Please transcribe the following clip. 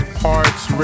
parts